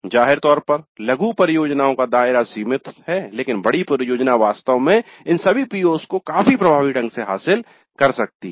जाहिर तौर पर लघु परियोजनाओं का दायरा सीमित है लेकिन बड़ी परियोजना वास्तव में इन सभी PO's को काफी प्रभावी ढंग से हासिल कर सकती है